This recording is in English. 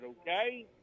okay